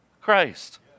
Christ